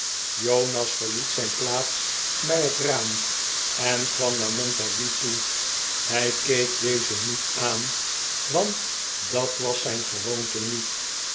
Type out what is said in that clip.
jonas verliet zijn plaats bij het raam en kwam naar montague toe hij keek dezen niet aan want dat was zijn gewoonte niet